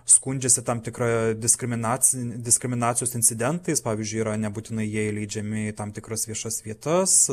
skundžiasi tam tikra diskriminacin diskriminacijos incidentais pavyzdžiui yra nebūtinai jie įleidžiami į tam tikras viešas vietas